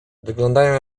wyglądają